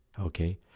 okay